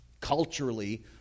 culturally